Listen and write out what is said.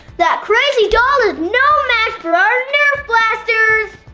that crazy doll is no match for our nerf blasters!